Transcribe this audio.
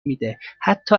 میده، حتا